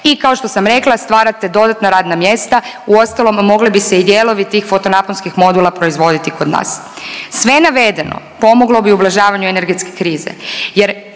i kao što sam rekla stvarate dodatna radna mjesta, uostalom mogli bi se i dijelovi tih foto naponskih modula proizvoditi kod nas. Sve navedeno pomoglo bi ublažavanju energetske krize